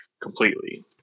completely